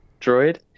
droid